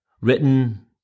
written